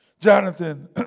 Jonathan